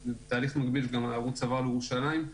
בתהליך מקביל הערוץ עבר גם לירושלים,